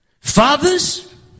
Fathers